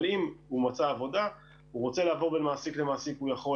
אבל אם הוא מצא עבודה והוא רוצה לעבור ממעסיק למעסיק הוא יכול,